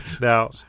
Now